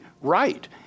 right